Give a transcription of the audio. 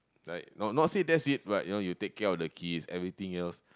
like not not say that's it but you take care of the kids everything else